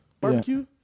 Barbecue